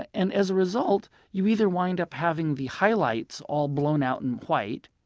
and as a result you either wind up having the highlights all blown out and white,